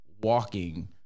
walking